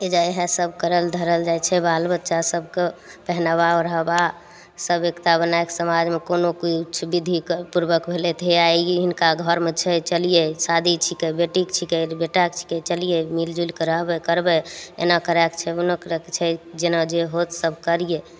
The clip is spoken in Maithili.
जाइ है सब करल धरल जाइ छै बाल बच्चा सबके पेहनाबा ओढ़ावा सब एकता बनाकऽ समाजमे कोनो किछु विधिके पूर्वक भेलय हे आइ ई हिनका घरमे छै चलियै शादी छिकै बेटीके छिकै बेटाके छिकै चलियै मिल जुलिके रहबय करबय एना करयके छै ओना करयके छै जेना जे होत सब करियै